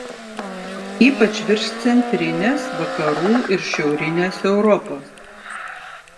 ypač virš centrinės vakarų ir šiaurinės europos